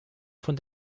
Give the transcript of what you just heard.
von